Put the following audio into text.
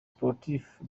sportifs